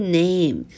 name